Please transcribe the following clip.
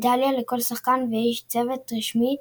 מדליה לכל שחקן ואיש צוות רשמי,